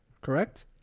correct